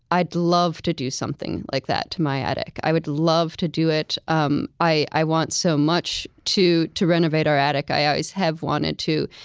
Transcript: i'd love to do something like that to my attic. i would love to do it. um i i want so much to to renovate our attic. i always have wanted to.